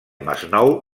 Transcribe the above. masnou